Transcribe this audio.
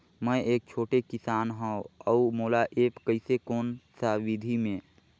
मै एक छोटे किसान हव अउ मोला एप्प कइसे कोन सा विधी मे?